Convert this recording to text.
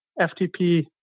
FTP